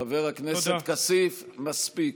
חבר הכנסת כסיף, מספיק.